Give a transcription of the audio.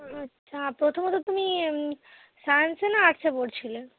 না প্রথমে তো তুমি সায়েন্সে না আর্টসে পড়ছিলে